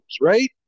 right